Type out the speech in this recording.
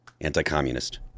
anti-communist